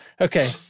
Okay